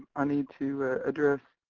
i need to address